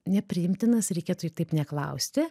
nepriimtinas reikėtų taip neklausti